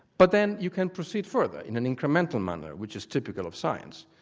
but then you can proceed further, in an incremental manner, which is typical of science.